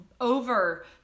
over